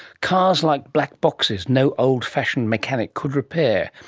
cars like black boxes no old fashioned mechanic could repair.